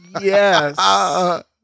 Yes